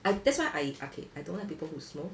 I that's why I okay I don't want like people who smoke